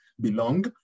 belong